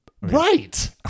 Right